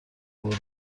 گربه